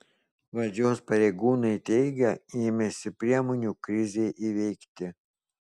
valdžios pareigūnai teigia ėmęsi priemonių krizei įveikti